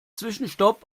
zwischenstopp